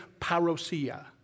parousia